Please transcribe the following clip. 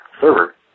server